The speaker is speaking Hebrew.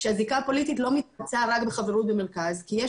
שהזיקה הפוליטית לא מתמצה רק בחברות במרכז כי יש